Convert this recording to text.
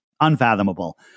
Unfathomable